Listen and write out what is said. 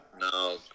No